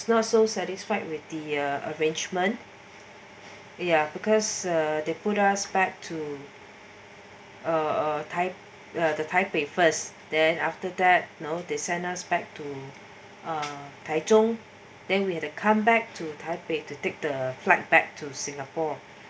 not so satisfied with the uh arrangement ya because uh they put us back uh uh tai~ the taipei first then after that now they send us back to uh tai zhong then we had a come back to taipei to take the flight back to singapore